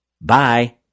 bye